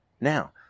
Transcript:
Now